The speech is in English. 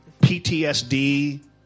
PTSD